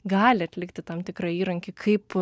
gali atlikti tam tikrą įrankį kaip